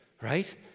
right